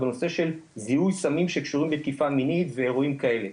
בנושא זיהוי סמים שקשורים בתקיפה מינית ואירועים כאלה,